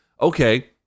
okay